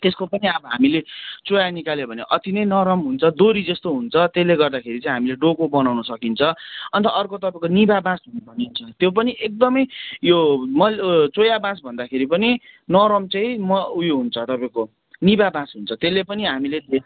त्यसको पनि अब हामीले चोया निकाल्यो भने अति नै नरम हुन्छ डोरी जस्तो हुन्छ त्यसले गर्दाखेरि चाहिँ हामीले डोको बनाउन सकिन्छ अनि त अर्को तपाईँको निभा बाँस भनिन्छ त्यो पनि यो मैल यो चोया बाँस भन्दाखेरि पनि नरम चाहिँ म ऊ यो हुन्छ तपाईँको निभा बाँस हुन्छ त्यसले पनि हामीले